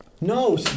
No